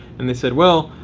and they said, well,